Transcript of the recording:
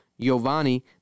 Giovanni